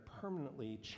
permanently